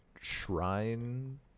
shrine